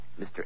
Mr